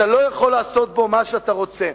אתה לא יכול לעשות בו מה שאתה רוצה.